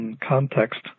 context